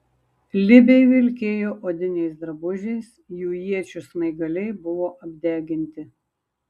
libiai vilkėjo odiniais drabužiais jų iečių smaigaliai buvo apdeginti